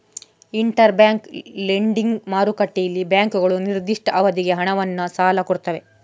inter bank lending ಮಾರುಕಟ್ಟೆಯಲ್ಲಿ ಬ್ಯಾಂಕುಗಳು ನಿರ್ದಿಷ್ಟ ಅವಧಿಗೆ ಹಣವನ್ನ ಸಾಲ ಕೊಡ್ತವೆ